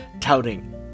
touting